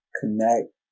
connect